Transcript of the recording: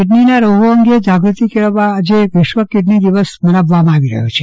કીડનીના રોગો અંગે જાગૃતિ કેળવવા માટે આજે વિશ્વ કીડની દિવસ મનાવવામાં આવે રહ્યો છે